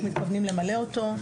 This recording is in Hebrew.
איך מתכוונים למלא אותו.